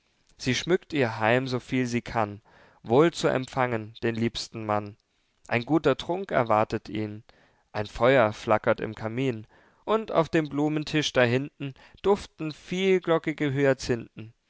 sie schmückt ihr heim soviel sie kann wohl zu empfangen den liebsten mann ein guter trunk erwartet ihn ein feuer flackert im kamin und auf dem blumentisch da hinten duften vielglockige